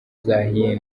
zahiye